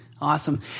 Awesome